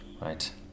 Right